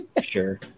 Sure